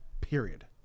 Period